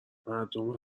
مردم